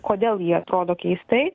kodėl ji atrodo keistai